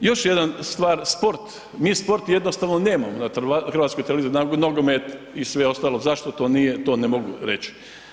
Još jedna stvar, sport, mi sport jednostavno nemamo na HRT-u, nogomet i sve ostalo, zašto to nije, to ne mogu reći.